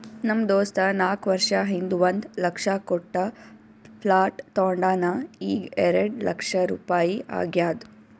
ನಮ್ ದೋಸ್ತ ನಾಕ್ ವರ್ಷ ಹಿಂದ್ ಒಂದ್ ಲಕ್ಷ ಕೊಟ್ಟ ಪ್ಲಾಟ್ ತೊಂಡಾನ ಈಗ್ಎರೆಡ್ ಲಕ್ಷ ರುಪಾಯಿ ಆಗ್ಯಾದ್